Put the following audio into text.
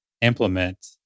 implement